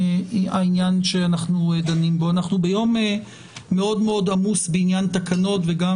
אנחנו ביום מאוד מאוד עמוס בעניין תקנות וגם